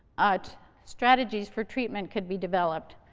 ah but strategies for treatment could be developed.